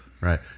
Right